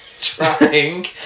trapping